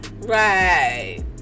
right